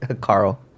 Carl